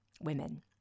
women